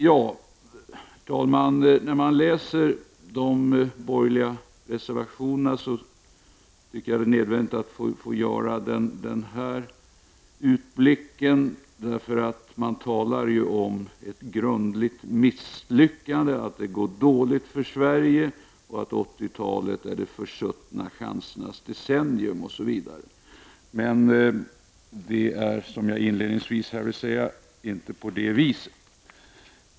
Jag tycker att det är nödvändigt att göra denna utblick efter att ha läst de borgerliga reservationerna. Det talas om ett grundligt misslyckande, att det går dåligt för Sverige och att 80-talet är det försuttna chansernas decennium osv. Det är inte så.